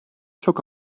çok